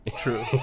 True